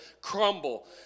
crumble